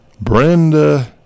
Brenda